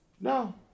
No